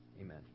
amen